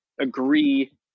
Agree